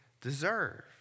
deserve